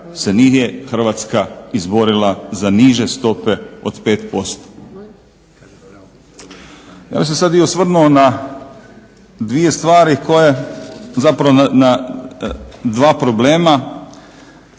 Hrvatska izborila za niže stope od 5%. Ja bih se sad i osvrnuo na dvije stvari koje, zapravo na dva problema